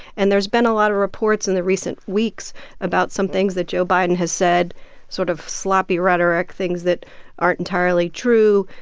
and there's been a lot of reports in the recent weeks about some things that joe biden has said sort of sloppy rhetoric, things that aren't entirely true,